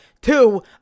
two